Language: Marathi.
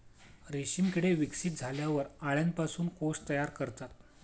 रेशीम किडे विकसित झाल्यावर अळ्यांपासून कोश तयार करतात